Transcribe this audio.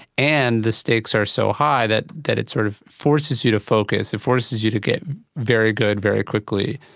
and the stakes are so high that that it sort of forces you to focus, it forces you to get very good very quickly.